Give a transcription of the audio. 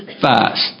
fast